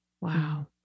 Wow